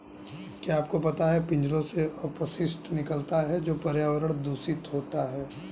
क्या आपको पता है पिंजरों से अपशिष्ट निकलता है तो पर्यावरण दूषित होता है?